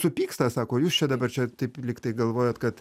supyksta sako jūs čia dabar čia taip lygtai galvojat kad